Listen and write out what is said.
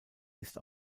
ist